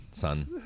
Son